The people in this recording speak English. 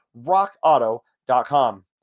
rockauto.com